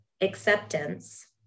acceptance